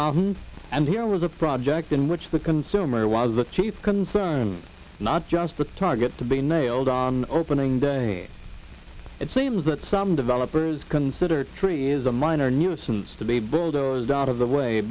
mountain and here was a project in which the consumer was the chief concern not just the target to be nailed on opening day it seems that some developers consider tree as a minor nuisance to be bulldozed out of the way